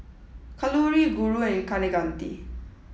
kalluri Guru and Kaneganti